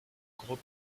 gros